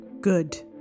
good